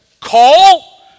Call